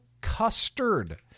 Custard